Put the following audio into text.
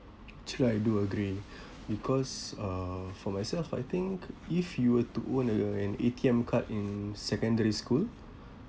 true I do agree because uh for myself I think if you were to own a an A_T_M card in secondary school